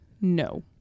No